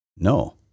No